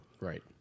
Right